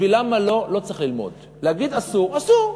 בשביל למה לא, לא צריך ללמוד, להגיד: אסור, אסור.